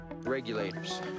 Regulators